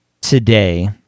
today